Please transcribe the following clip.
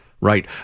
Right